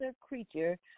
creature